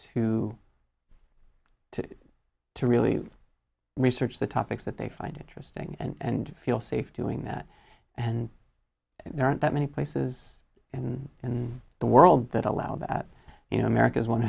to to to really research the topics that they find interesting and to feel safe doing that and there aren't that many places and in the world that allow that you know america is one of